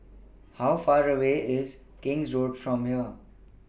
How Far away IS King's Road from here